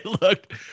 looked